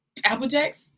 Applejacks